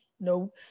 no